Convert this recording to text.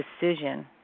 decision